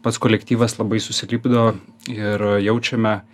pats kolektyvas labai susilipdo ir jaučiame